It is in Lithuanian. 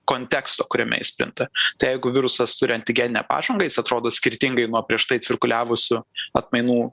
konteksto kuriame jis plinta tai jeigu virusas turi antigeninę pažangą jis atrodo skirtingai nuo prieš tai cirkuliavusių atmainų